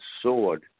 sword